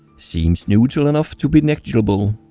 seems neutral enough to be negligible.